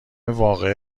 واقعه